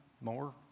more